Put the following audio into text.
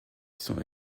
sont